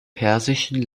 persischen